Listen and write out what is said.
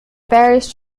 parish